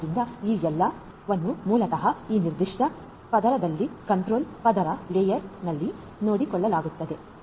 ಆದ್ದರಿಂದ ಈ ಎಲ್ಲವನ್ನು ಮೂಲತಃ ಈ ನಿರ್ದಿಷ್ಟ ಪದರದಲ್ಲಿ ಕಂಟ್ರೋಲ್ ಪದರಲೇಯರ್ದಲ್ಲಿ ನೋಡಿಕೊಳ್ಳಲಾಗುತ್ತದೆ